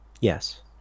Yes